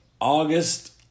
August